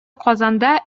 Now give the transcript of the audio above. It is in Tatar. казанда